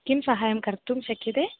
किं सहायं कर्तुं शक्यते